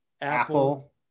Apple